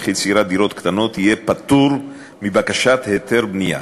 יצירת דירות קטנות יהיה פטור מבקשת היתר בנייה.